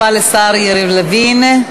תודה רבה לשר יריב לוין.